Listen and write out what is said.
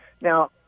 Now